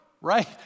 right